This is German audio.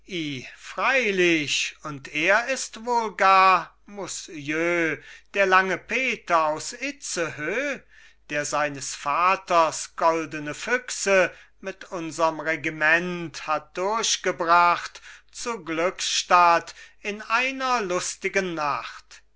freilich und er ist wohl gar mußjö der lange peter aus itzehö der seines vaters goldene füchse mit unserm regiment hat durchgebracht zu glücksstadt in einer lustigen nacht